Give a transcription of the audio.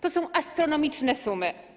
To są astronomiczne sumy.